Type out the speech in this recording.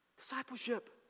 discipleship